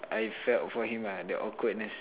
I felt for him ah the awkwardness